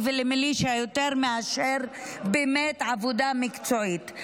ולמיליציה יותר מאשר באמת עבודה מקצועית.